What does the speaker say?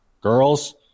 Girls